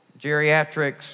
geriatrics